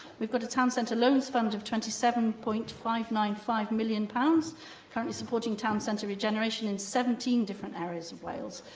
we've got a town centre loans fund of twenty seven point five nine five million pounds currently supporting town centre regeneration in seventeen different areas of wales.